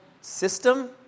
system